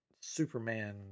Superman